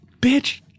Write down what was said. bitch